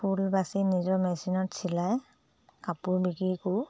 ফুল বাচি নিজৰ মেচিনত চিলাই কাপোৰ বিক্ৰী কৰোঁ